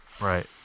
Right